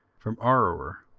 from aroer,